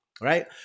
right